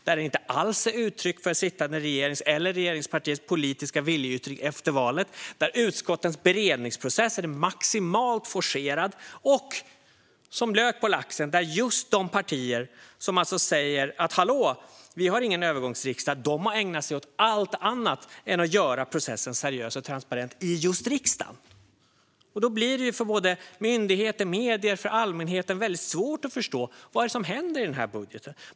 Den är inte alls ett uttryck för den sittande regeringens eller regeringspartiernas politiska viljeinriktning efter valet. Utskottens beredningsprocess är maximalt forcerad. Och som lök på laxen har just de partier som säger "hallå, vi har ingen övergångsriksdag" ägnat sig åt allt annat än att göra processen seriös och transparent i just riksdagen. Då blir det för såväl myndigheter som medier och allmänhet svårt att förstå vad som händer i den här budgeten.